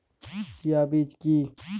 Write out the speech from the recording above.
Chia বীজ কী?